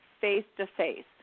face-to-face